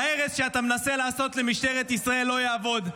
ההרס שאתה מנסה לעשות למשטרת ישראל לא יעבוד.